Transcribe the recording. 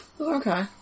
Okay